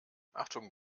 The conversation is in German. achtung